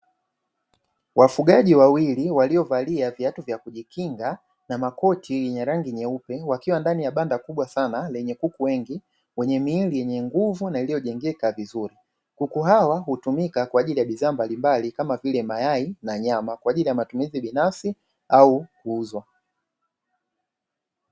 Wafugaji wawili waliovalia viatu vya kujikinga na makoti yenye rangi nyeupe; wakiwa ndani ya banda kubwa sana lenye kuku wengi wenye miili yenye nguvu na iliyojengwa vizuri, kuku hawa hutumika kwa ajili ya bidhaa mbalimbali kama vile mayai na nyama; kwa ajili ya matumizi binafsi au kuuzwa.